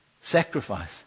Sacrifice